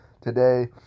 today